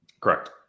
Correct